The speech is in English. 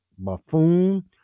buffoon